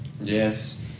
Yes